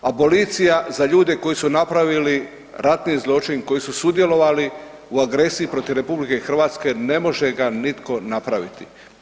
Abolicija za ljude koji su napravili ratni zločin, koji su sudjelovali u agresiji protiv RH jer ne može ga nitko napraviti.